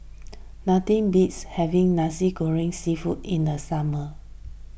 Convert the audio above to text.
nothing beats having Nasi Goreng Seafood in the summer